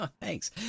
Thanks